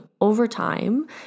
overtime